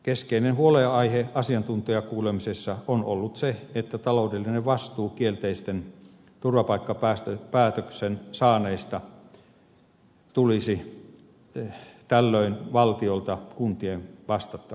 keskeinen huolenaihe asiantuntijakuulemisessa on ollut se että taloudellinen vastuu kielteisen turvapaikkapäätöksen saaneista tulisi tällöin valtiolta kuntien vastattavaksi